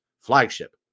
flagship